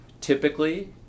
Typically